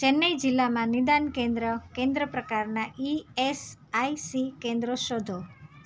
ચેન્નઈ જિલ્લામાં નિદાન કેન્દ્ર કેન્દ્ર પ્રકારનાં ઇ એસ આઇ સી કેન્દ્રો શોધો